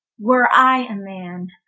were i a man,